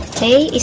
okay,